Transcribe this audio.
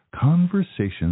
Conversations